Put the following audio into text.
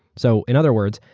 so in other words,